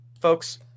folks